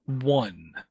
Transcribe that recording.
One